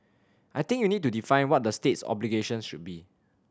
I think you need to define what the state's obligations should be